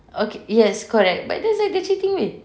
okay yes correct but that's like the cheating way